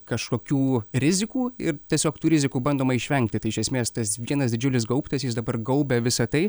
kažkokių rizikų ir tiesiog tų rizikų bandoma išvengti tai iš esmės tas vienas didžiulis gaubtas jis dabar gaubia visa tai